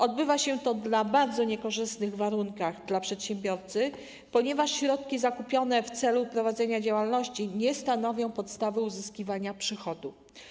Odbywa się to na bardzo niekorzystnych warunkach dla przedsiębiorcy, ponieważ środki zakupione w celu prowadzenia działalności nie stanowią podstawy uzyskiwania przychodu.